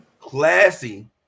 classy